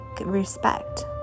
respect